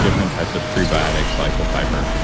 different types of prebiotics soluble fiber,